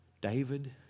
David